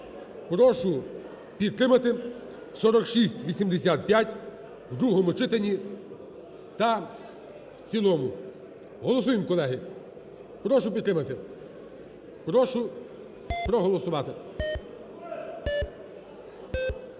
прошу підтримати 4685 у другому читанні та в цілому. Голосуємо, колеги. Прошу підтримати, прошу проголосувати.